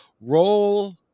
roll